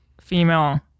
female